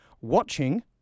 watching